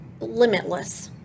limitless